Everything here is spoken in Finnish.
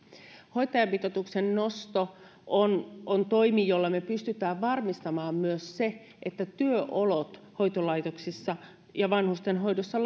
hoitajamitoituksen nosto on on toimi jolla me pystymme varmistamaan myös sen että työolot hoitolaitoksissa ja vanhustenhoidossa